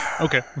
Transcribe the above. Okay